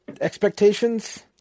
expectations